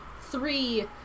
three